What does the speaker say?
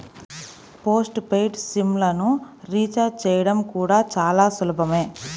post paid sim లను recharge చేయడం కూడా చాలా సులభమే